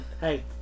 hey